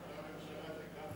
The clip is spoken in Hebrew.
מה הולך פה?